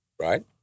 Right